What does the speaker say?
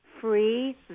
free